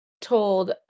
told